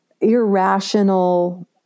irrational